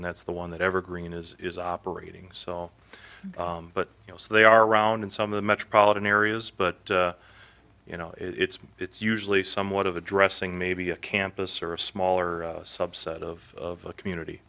and that's the one that evergreen is operating but you know so they are around in some of the metropolitan areas but you know it's it's usually somewhat of addressing maybe a campus or a smaller subset of a community